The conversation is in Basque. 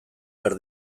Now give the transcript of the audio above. behar